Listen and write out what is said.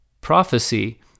prophecy